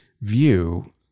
view